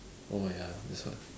orh ya that's why